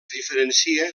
diferencia